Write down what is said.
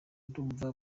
ndumva